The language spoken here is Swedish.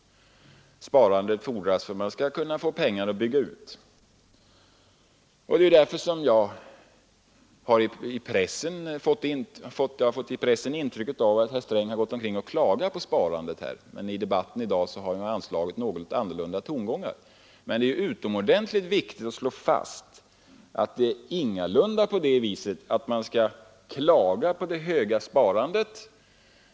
Sparandet fordras för att man skall kunna få pengar för en utbyggnad. Det är därför som jag i pressen har fått det intrycket att herr Sträng klagat på sparandet. I dagens debatt har han emellertid anslagit andra tongångar. Men det är utomordentligt viktigt att slå fast att det ingalunda är så att man kan klaga på det höga sparandet.